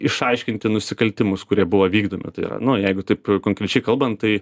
išaiškinti nusikaltimus kurie buvo vykdomi tai yra nu jeigu taip konkrečiai kalbant tai